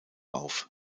auf